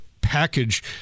package